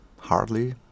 hardly